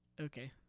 okay